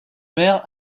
mer